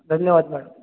धन्यवाद मॅडम